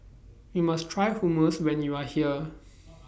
YOU must Try Hummus when YOU Are here